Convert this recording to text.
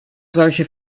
solche